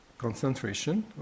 Concentration